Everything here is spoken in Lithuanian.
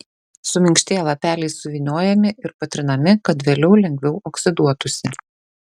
suminkštėję lapeliai suvyniojami ir patrinami kad vėliau lengviau oksiduotųsi